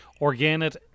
Organic